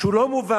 שהוא לא מובן,